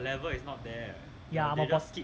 ya